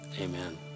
amen